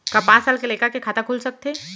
का पाँच साल के लइका के खाता खुल सकथे?